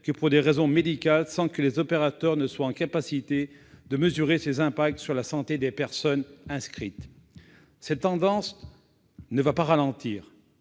personnelles que médicales, sans que les opérateurs soient en capacité de mesurer ces impacts sur la santé des personnes inscrites. Cette tendance ne va pas se ralentir